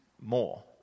more